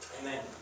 Amen